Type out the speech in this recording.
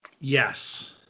Yes